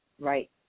Right